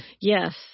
Yes